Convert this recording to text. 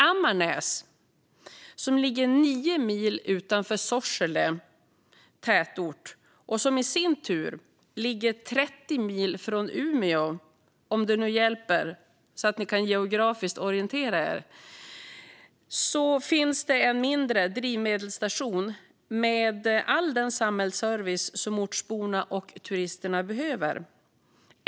Ammarnäs ligger 9 mil utanför Sorsele tätort som i sin tur ligger 30 mil från Umeå, om det hjälper för att geografiskt orientera sig. Där finns en mindre drivmedelsstation med all den samhällsservice som ortsborna och turisterna behöver.